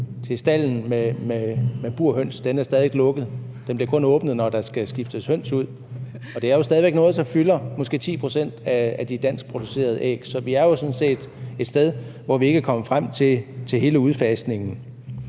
stalden med burhøns er stadig væk lukket. Den bliver kun åbnet, når der skal skiftes høns ud. Og det er noget, der stadig væk udgør måske 10 pct. af de danskproducerede æg, så vi er jo sådan set et sted, hvor vi ikke er kommet frem til hele udfasningen.